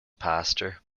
pastor